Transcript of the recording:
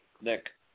Nick